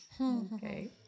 Okay